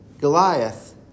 Goliath